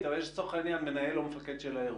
אבל יש לצורך העניין מנהל או מפקד של האירוע.